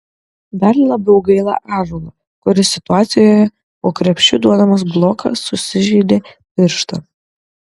dar labiau gaila ąžuolo kuris situacijoje po krepšiu duodamas bloką susižeidė pirštą